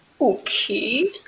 Okay